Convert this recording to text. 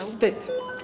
Wstyd.